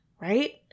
right